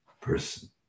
person